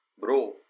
Bro